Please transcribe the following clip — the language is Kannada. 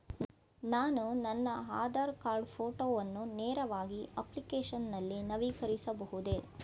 ನಾನು ನನ್ನ ಆಧಾರ್ ಕಾರ್ಡ್ ಫೋಟೋವನ್ನು ನೇರವಾಗಿ ಅಪ್ಲಿಕೇಶನ್ ನಲ್ಲಿ ನವೀಕರಿಸಬಹುದೇ?